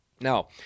Now